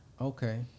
okay